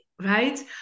right